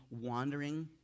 wandering